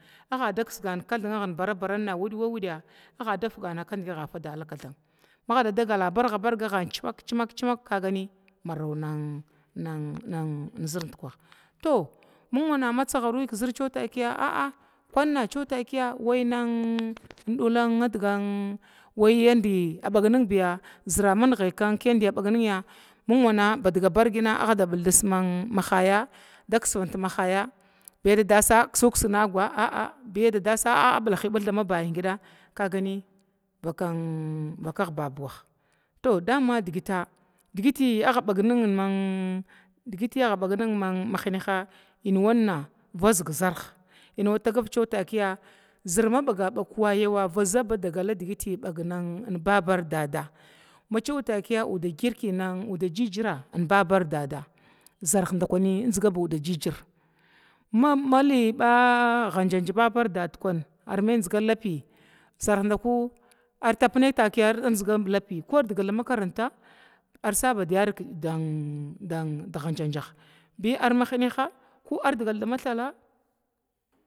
Agga dakisgana kathangaha barabaran na widwa wid agga da fi figana kadgi agga da sida dala kathan maga da dagala barbargahra cimak cimak to cimate to kagani maraw nan nan zər dikwaha, to ming wana matsaggaruya zər ciwa takiya a'a ciwa wannin dulan adgan waiyadi agga bagar nin biya zər manigy yandi digi bag nin biya badga bargina agga buldis ma haya, da kisvant ma haya guya dasa kisukis nagwa a'a biyaga da dasa a'a bulavim ma bayan gida kagani, vakag bab wah to dama digita digiti agga bagni digitər agga ban nin mahnaha inwan nan zer inwa tagav cewa takiya zər ma baga wayawa vazaba digiti bagnin babar didaada, macewa takiya yude kirkiya nuda jijira awaran daada ardi baba zərh dukani ar zinga ba zərha gigira ma liba gajanj babar di daadi ar maya ziga lapi, zərh dakuni armathy zinga lapi bi ku ardigal da ma makaranta ar sabu bad ya hajanjah bi ar mahnaha ko ardigal dagal ma thala.